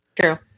True